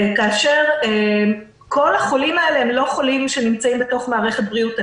כאשר כל החולים האלה לא נמצאים בתוך מערכת בריאות הנפש.